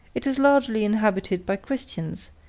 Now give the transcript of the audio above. it is largely inhabited by christians,